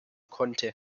konnte